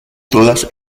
todas